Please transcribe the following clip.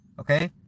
okay